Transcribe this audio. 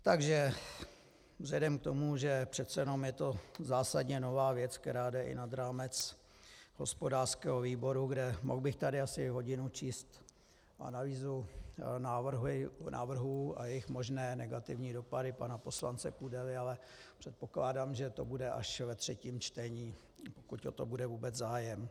Takže vzhledem k tomu, že přece jenom je to zásadně nová věc, která jde i nad rámec hospodářského výboru, kde bych tady mohl asi hodinu číst analýzu návrhů a jejich možné negativní dopady pana poslance Kudely, ale předpokládám, že to bude až ve třetím čtení, pokud o to bude vůbec zájem.